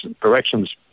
corrections